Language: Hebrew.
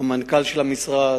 המנכ"ל של המשרד,